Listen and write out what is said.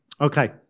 Okay